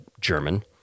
German